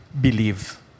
believe